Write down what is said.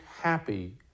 happy